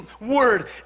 word